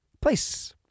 place